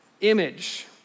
image